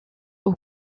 aux